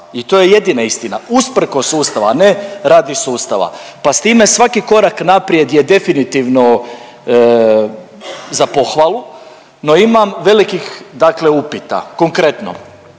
i to je jedina istina, usprkos sustava, a ne radi sustava. Pa s time svaki korak naprijed je definitivno za pohvalu, no imam velikih upita. Konkretno,